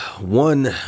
one